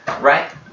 right